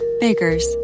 Baker's